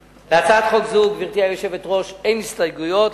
להצעת חוק זו, גברתי היושבת-ראש, אין הסתייגויות.